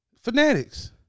Fanatics